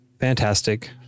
Fantastic